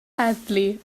heddlu